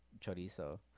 chorizo